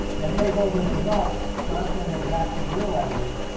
then take all those results, translating them back to your language.